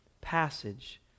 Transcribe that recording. passage